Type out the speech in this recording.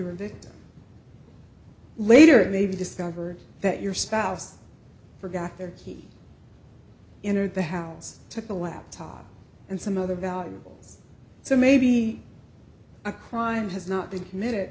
're a bit later maybe discover that your spouse forgot their key in or the house took a laptop and some other valuables so maybe a crime has not been committed